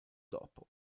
dopo